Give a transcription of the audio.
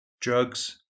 Drugs